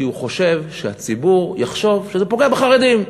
כי הוא חושב שהציבור יחשוב שזה פוגע בחרדים.